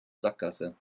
sackgasse